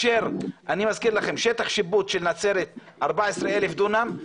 אני מזכיר לכם ששטח השיפוט של נצרת 14,000 דונם,